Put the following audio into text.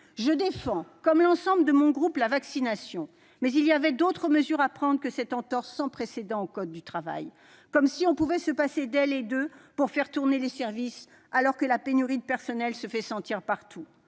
Je défends, comme l'ensemble de mon groupe, la vaccination, mais il y avait d'autres mesures à prendre que cette entorse sans précédent au code du travail, comme si l'on pouvait se passer d'elles et d'eux pour faire tourner les services, alors que la pénurie de personnel se fait sentir partout.